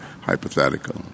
hypothetical